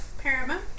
Paramount